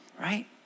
Right